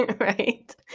Right